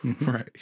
Right